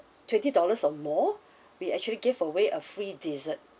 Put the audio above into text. twenty dollars or more we actually give away a free dessert